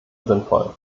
sinnvoll